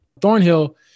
Thornhill